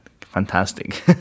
fantastic